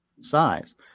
size